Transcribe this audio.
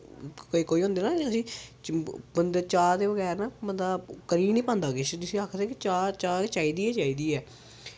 कोई कोई होंदे न जिसी बंदे चाह् दे बगैर ना बंदा करी गै नी पांदा किश जिसी आखदे ना चाह् चाह् चाहिदी गै चाहिदी ऐ